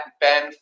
Ben